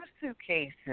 suitcases